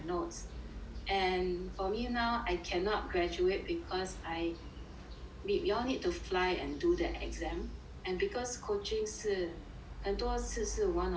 and for me now I cannot graduate because I we all need to fly and do that exam and because coaching 是很多次是 one on one